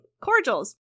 cordial's